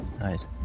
right